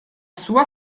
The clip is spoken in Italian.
sua